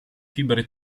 fibre